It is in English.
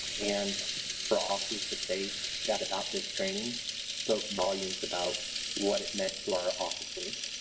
and for officers to say that about this training spoke volumes about what it meant to our officers.